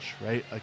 right